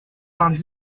vingt